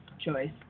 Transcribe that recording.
choice